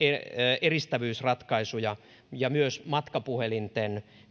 ääneneristävyysratkaisuja ja myös matkapuhelinten